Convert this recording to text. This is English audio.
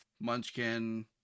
Munchkin